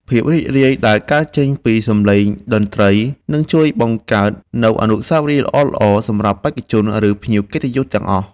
ភាពរីករាយដែលកើតចេញពីសម្លេងតន្ត្រីនឹងជួយបង្កើតនូវអនុស្សាវរីយ៍ល្អៗសម្រាប់បេក្ខជន ឬ ភ្ញៀវកិត្តិយសទាំងអស់។